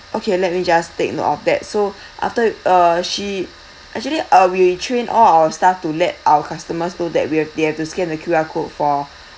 okay let me just take note of that so after uh she actually uh we train all our staff to let our customers know that we have they have to scan the Q_R code for